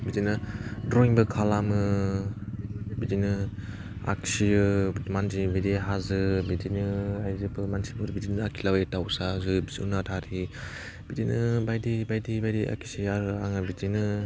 बिदिनो ड्रइंबो खालामो बिदिनो आखियो मानसि बिदि हाजो बिदिनो बायदिफोर मानसिफोर आखिला बायो दाउसा जिब जुनार आरि बिदिनो बायदि बायदि बायदि आखियो आरो आङो बिदिनो